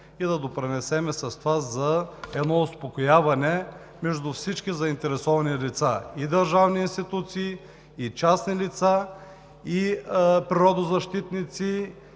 и да допринесем с това за едно успокояване между всички заинтересовани лица – и държавни институции, и частни лица, и природозащитници,